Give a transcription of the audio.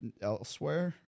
elsewhere